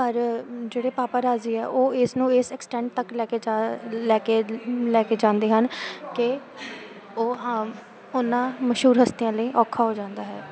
ਪਰ ਜਿਹੜੇ ਪਾਪਾਰਾਜ਼ੀ ਆ ਉਹ ਇਸ ਨੂੰ ਇਸ ਐਕਸਟੈਂਡ ਤੱਕ ਲੈ ਕੇ ਜਾ ਲੈ ਕੇ ਲੈ ਕੇ ਜਾਂਦੇ ਹਨ ਕਿ ਉਹ ਹਾਮ ਉਹਨਾਂ ਮਸ਼ਹੂਰ ਹਸਤੀਆਂ ਲਈ ਔਖਾ ਹੋ ਜਾਂਦਾ ਹੈ